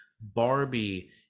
Barbie